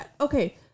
okay